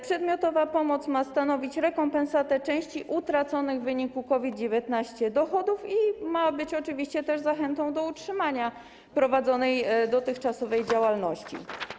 Przedmiotowa pomoc ma stanowić rekompensatę części utraconych w wyniku COVID-19 dochodów i ma być oczywiście też zachętą do utrzymania prowadzonej dotychczasowej działalności.